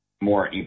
More